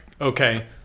Okay